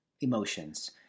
emotions